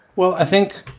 well, i think,